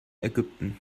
ägypten